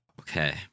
Okay